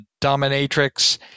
dominatrix